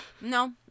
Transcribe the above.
No